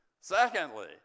Secondly